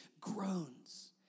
groans